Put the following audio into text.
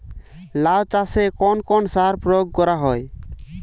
লাউ চাষে কোন কোন সার প্রয়োগ করা হয়?